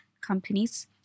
companies